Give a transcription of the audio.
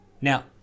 Now